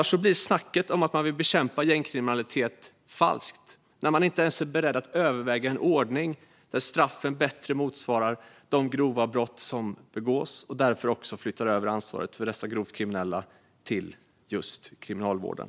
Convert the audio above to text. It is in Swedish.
Snacket om att man vill bekämpa gängkriminalitet blir falskt om man inte ens är beredd att överväga en ordning där straffen bättre motsvarar de grova brott som begås och därför också flytta över ansvaret för dessa grovt kriminella till just Kriminalvården.